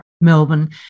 Melbourne